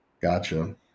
gotcha